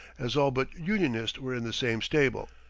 as all but unionist were in the same stable.